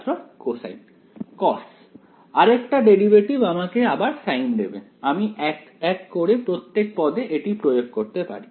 ছাত্র cosine cos আরেকটা derivative আমাকে আবার সাইন দেবে আমি এক এক করে প্রত্যেক পদে এটি প্রয়োগ করতে পারি